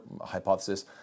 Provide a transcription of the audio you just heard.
hypothesis